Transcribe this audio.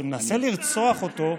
שמנסה לרצוח אותו,